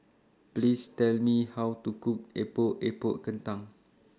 Please Tell Me How to Cook Epok Epok Kentang